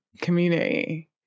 community